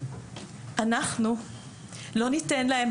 אנחנו לא ניתן להם,